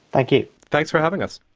thank you. thanks for having us.